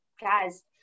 guys